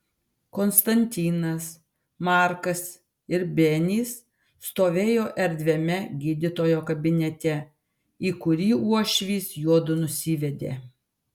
konstantinas markas ir benis stovėjo erdviame gydytojo kabinete į kurį uošvis juodu nusivedė